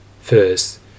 First